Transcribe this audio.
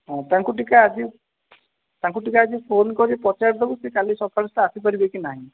ହଁ ତାଙ୍କୁ ଟିକିଏ ଆଜି ତାଙ୍କୁ ଟିକିଏ ଆଜି ଫୋନ୍ କରି ପଚାରିଦେବୁ ସେ କାଲି ସକାଳ ସୁଦ୍ଧା ଆସିପାରିବେ କି ନାହିଁ